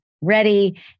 ready